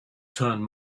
turn